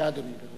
בבקשה, אדוני.